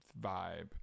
vibe